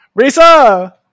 risa